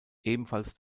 ebenfalls